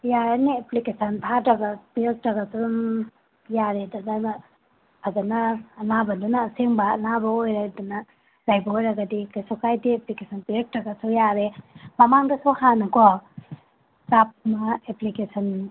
ꯌꯥꯔꯅꯤ ꯑꯦꯄ꯭ꯂꯤꯀꯦꯁꯟ ꯊꯥꯗ꯭ꯔꯒ ꯄꯤꯔꯛꯇ꯭ꯔꯒꯁꯨ ꯑꯗꯨꯝ ꯌꯥꯔꯦꯗ ꯅꯪꯅ ꯐꯖꯅ ꯑꯅꯥꯕꯗꯨꯅ ꯑꯁꯦꯡꯕ ꯑꯅꯥꯕ ꯑꯣꯏꯔꯦꯗꯅ ꯂꯩꯕ ꯑꯣꯏꯔꯒꯗꯤ ꯀꯩꯁꯨ ꯀꯥꯏꯗꯦ ꯑꯦꯄ꯭ꯂꯤꯀꯦꯁꯟ ꯄꯤꯔꯛꯇ꯭ꯔꯒꯁꯨ ꯌꯥꯔꯦ ꯃꯃꯥꯡꯗꯁꯨ ꯍꯥꯟꯅꯀꯣ ꯁ꯭ꯇꯥꯐꯅ ꯑꯦꯄ꯭ꯂꯤꯀꯦꯁꯟ